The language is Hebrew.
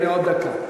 הנה, עוד דקה.